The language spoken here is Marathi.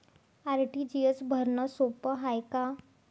आर.टी.जी.एस भरनं सोप हाय का?